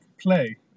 play